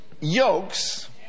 yokes